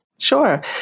Sure